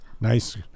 nice